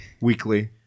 weekly